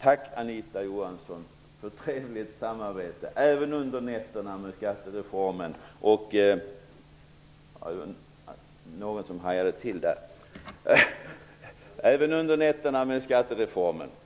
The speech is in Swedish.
Tack Anita Johansson för ett trevligt samarbete, även under nätterna med skattereformen!